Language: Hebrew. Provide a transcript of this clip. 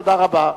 תודה רבה.